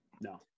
no